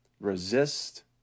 resist